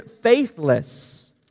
faithless